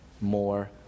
more